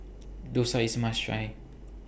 Dosa IS A must Try